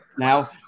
Now